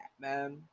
man